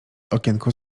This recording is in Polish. okienko